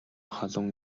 халуун